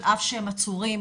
על אף שהם עצורים,